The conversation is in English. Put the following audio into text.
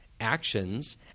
actions